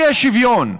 האי-שוויון.